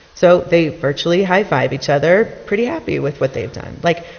so they virtually high-five each other, pretty happy with what they'd done. like,